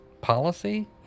policy